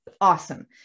awesome